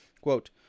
Quote